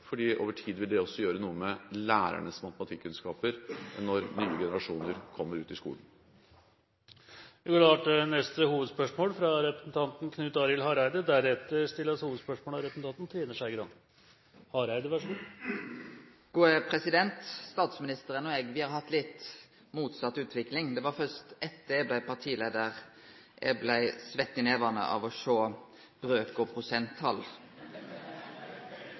over tid vil det også gjøre noe med lærernes matematikkunnskaper når nye generasjoner kommer ut i skolen. Vi går til neste hovedspørsmål. Statsministeren og eg har hatt ei litt motsett utvikling. Det var først etter at eg blei partileiar at eg blei sveitt i nevane av å sjå brøk og prosenttal.